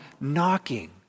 knocking